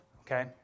okay